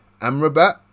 Amrabat